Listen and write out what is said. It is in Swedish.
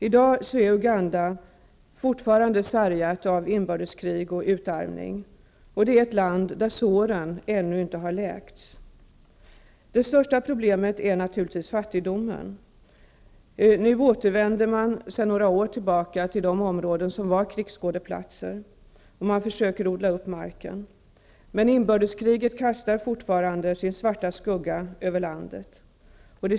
I dag är Uganda fortfarande sargat av inbördeskrig och utarmning. Det är ett land där såren ännu inte har läkts. Det största problemet är naturligtvis fattigdomen. Man återvänder nu sedan några år tillbaka till de områden som varit krigsskådeplatser. Man försöker åter odla upp mark. Men inbördeskriget kastar fortfarande sin svarta skugga över landet.